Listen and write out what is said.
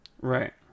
right